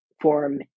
form